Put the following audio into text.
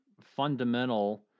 fundamental